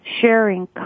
sharing